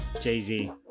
Jay-Z